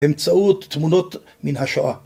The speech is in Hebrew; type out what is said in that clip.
‫באמצעות תמונות מן השואה.